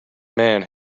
man